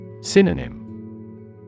Synonym